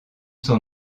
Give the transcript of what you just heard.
son